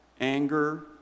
anger